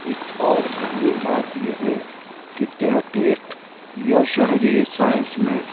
ایک اور اہم بات یہ ہے کہ تحقیق یا شہری سائنس میں